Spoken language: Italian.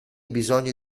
bisogni